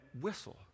whistle